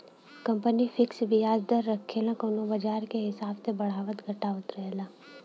company fix बियाज दर रखेला कउनो बाजार के हिसाब से बढ़ावत घटावत रहेला